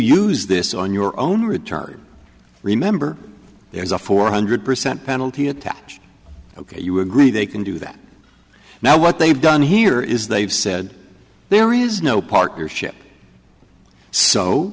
use this on your own return remember there's a four hundred percent penalty attached ok you agree they can do that now what they've done here is they've said there is no partnership so